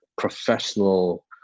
professional